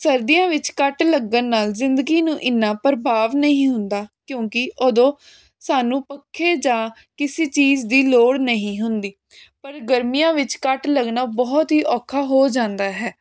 ਸਰਦੀਆਂ ਵਿੱਚ ਕੱਟ ਲੱਗਣ ਨਾਲ ਜ਼ਿੰਦਗੀ ਨੂੰ ਇੰਨਾ ਪ੍ਰਭਾਵ ਨਹੀਂ ਹੁੰਦਾ ਕਿਉਂਕਿ ਉਦੋਂ ਸਾਨੂੰ ਪੱਖੇ ਜਾਂ ਕਿਸੇ ਚੀਜ਼ ਦੀ ਲੋੜ ਨਹੀਂ ਹੁੰਦੀ ਪਰ ਗਰਮੀਆਂ ਵਿੱਚ ਕੱਟ ਲੱਗਣਾ ਬਹੁਤ ਹੀ ਔਖਾ ਹੋ ਜਾਂਦਾ ਹੈ